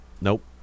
nope